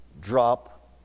drop